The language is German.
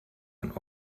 ein